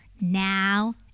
now